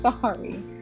sorry